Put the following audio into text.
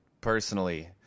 personally